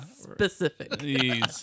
specific